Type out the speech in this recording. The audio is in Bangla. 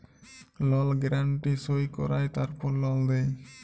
লল গ্যারান্টি সই কঁরায় তারপর লল দেই